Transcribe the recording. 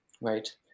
right